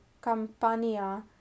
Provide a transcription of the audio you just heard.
Campania